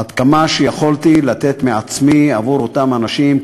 עד כמה שיכולתי לתת מעצמי עבור אותם אנשים,